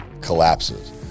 collapses